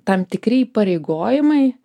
tam tikri įpareigojimai